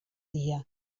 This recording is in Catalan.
dia